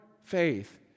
faith